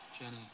Jenny